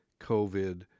COVID